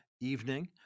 evening